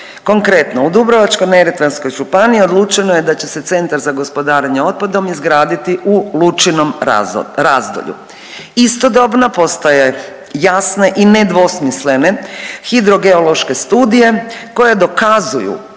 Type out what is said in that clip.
Konkretno, u Dubrovačko-neretvanskoj županiji odlučeno je da će se Centar za gospodarenje otpadom izgraditi u Lučinom Razdolju, istodobno postoje jasne i nedvosmislene Hidrogeološke studije koje dokazuju